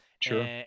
Sure